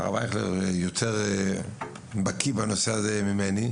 הרב אייכלר בקיא ממני בנושא הזה,